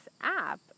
app